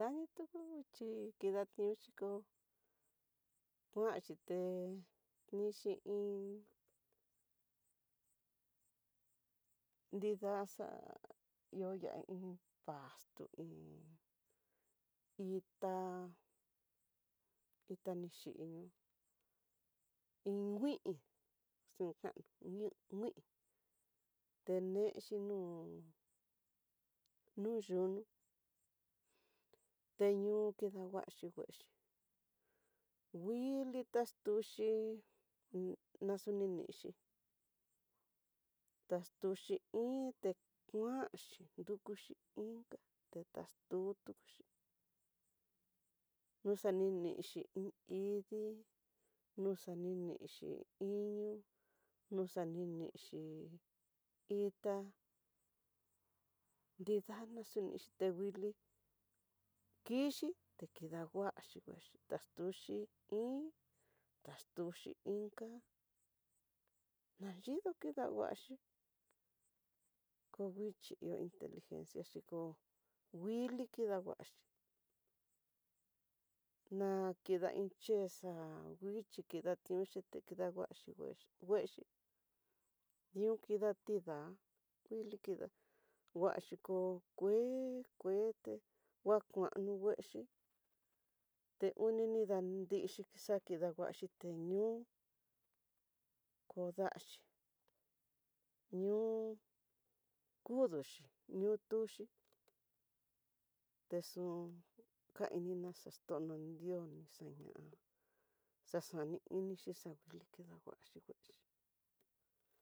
Danitiuxhi kidaniuxhi koo, kuanxhi té nixhi iin, nridaxa ihó ya'á iin pasto iin itá, itá nixhinió iin ngui xinkano ngui ngui, tenexi no nu yuno teñu kidanguaxhi nguexi nguili taxtuxhi naxuninixhi, taxtuxe iinxhi kuanxhi nrukuxhi inka texta tutuxhi noxa ninixhi iin idí noxa ni ninixhi iño noxa ninixhi itá nrada ni nexhi ti nguili, kixhi te kidanguaxhi nguexhi taxtuxhi iin taxtuxhi iin, inka nalido kida nguaxhi ko nguixhi ihó inteligencia xhikó nguili kida nguaxhi, na kida iin chexa nguixhi kida te kida nguaxhi ngue nguexhi, dion kida tida nguili ke kuaxhi kó kue kuete nguakuan nguexhi, te oni ni danrixhi xa kidaguaxi téño kodaxhi ño kuduxhi ño tuxhi texu kainina xa ton no nrios nixaña xa xanani inixhi xa nguili kidanguaxi nguexi.